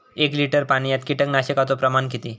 एक लिटर पाणयात कीटकनाशकाचो प्रमाण किती?